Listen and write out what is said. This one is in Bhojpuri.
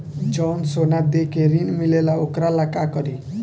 जवन सोना दे के ऋण मिलेला वोकरा ला का करी?